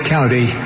County